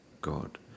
God